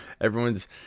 everyone's